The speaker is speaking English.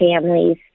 families